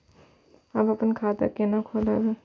हम अपन खाता केना खोलैब?